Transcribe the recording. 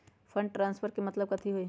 Fund transfer के मतलब कथी होई?